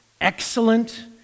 excellent